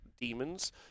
demons